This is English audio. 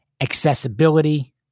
Accessibility